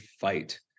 fight